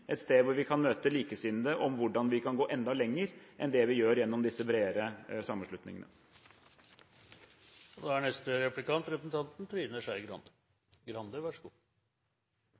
et sted hvor vi kan møte likesinnede i hvordan vi kan gå enda lenger enn det vi gjør gjennom disse bredere sammenslutningene.